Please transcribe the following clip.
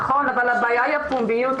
נכון, אבל הבעיה היא הפומביות.